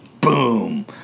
Boom